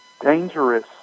dangerous